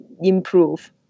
improve